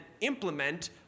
implement